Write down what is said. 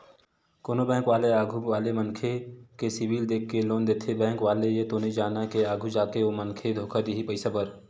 कोनो बेंक वाले आघू वाले मनखे के सिविल देख के लोन देथे बेंक वाले ह ये तो नइ जानय के आघु जाके ओ मनखे धोखा दिही पइसा बर